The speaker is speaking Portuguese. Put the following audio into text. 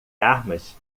armas